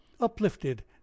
uplifted